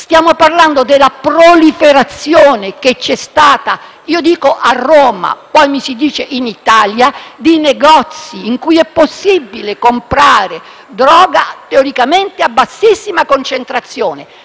stiamo parlando di questo: della proliferazione che c'è stata - io dico a Roma, ma mi si dice in Italia - di negozi in cui è possibile comprare droga teoricamente a bassissima concentrazione.